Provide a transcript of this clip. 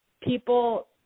people